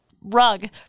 rug